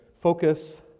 focus